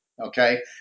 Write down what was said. okay